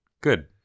Good